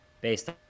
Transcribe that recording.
based